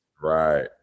Right